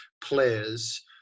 players